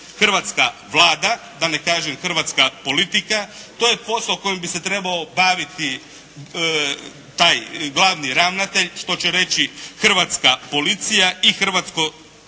hrvatska Vlada, da ne kažem hrvatska politika. To je posao kojim bi se trebao baviti taj glavni ravnatelj što će reći hrvatska policija i hrvatsko